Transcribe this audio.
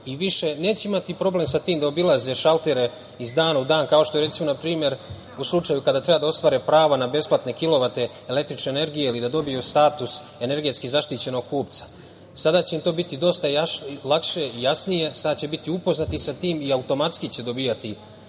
i više neće imati problem sa tim da obilaze šaltere iz dana u dan, kao što je npr. u slučaju kada treba da ostvare pravo na besplatne kilovate električne energije, ili da dobiju status energetski zaštićenog kupca. Sada će im to biti dosta lakše, jasnije, sada će biti upoznati sa tim i automatski će dobijati